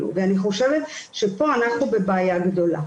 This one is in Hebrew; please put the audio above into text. אני חושבת שפה אנחנו בבעיה גדולה,